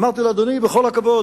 אמרתי לו: בכל הכבוד,